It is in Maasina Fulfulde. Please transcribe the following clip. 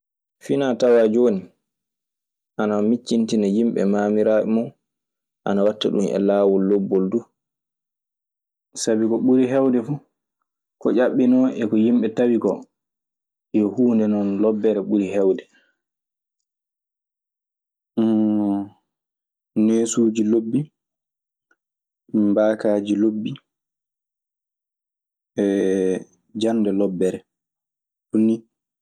Finatawa joni ana micitina himɓe mamiraɓe mun, ana wata dun e lawol lobbol dun. Sabi ko ɓuri heewde fuu, ko ƴaɓɓinoo e ko yimɓe tawi koo, yo huunde non lobbere ɓuri heewde. nesuusi lobbi, mbaakaaji lobbi, jannde lobbere, ɗum ni.